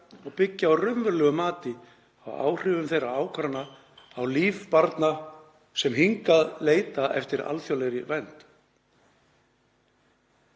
og byggja á raunverulegu mati á áhrifum þeirra ákvarðana á líf barna sem hingað leita eftir alþjóðlegri vernd.“